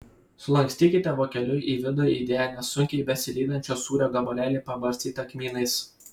sulankstykite vokeliu į vidų įdėję nesunkiai besilydančio sūrio gabalėlį pabarstytą kmynais